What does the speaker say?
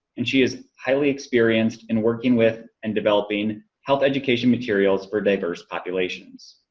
and she is highly experienced in working with and developing health education materials for diverse populations.